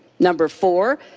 number four,